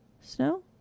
snow